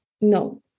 no